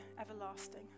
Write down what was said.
everlasting